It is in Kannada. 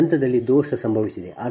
ಈ ಹಂತದಲ್ಲಿ ದೋಷ ಸಂಭವಿಸಿದೆ